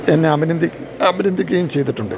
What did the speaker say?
എന്നെ അമിനന്ദി അഭിനന്ദിക്കുകയും ചെയ്തിട്ടുണ്ട്